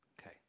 Okay